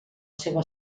seva